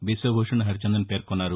బిశ్వ భూషణ్ హరిచందన్ పేర్కొన్నారు